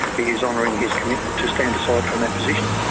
he is honouring his commitment to stand aside from that position.